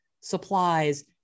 supplies